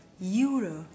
euro